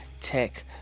tech